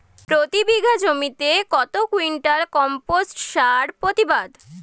প্রতি বিঘা জমিতে কত কুইন্টাল কম্পোস্ট সার প্রতিবাদ?